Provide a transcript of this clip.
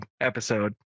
episode